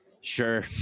Sure